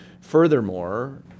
furthermore